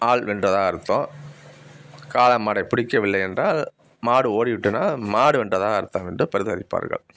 ஆள் வென்றதாக அர்த்தம் காளை மாடை பிடிக்கவில்லை என்றால் மாடு ஓடி விட்டதால் மாடு வென்றதாக அர்த்தம் என்று பரிதவிப்பார்கள்